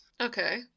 okay